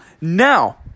Now